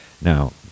Now